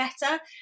better